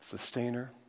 sustainer